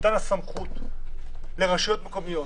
מתן הסמכות לרשויות מקומיות,